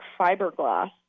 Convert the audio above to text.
fiberglass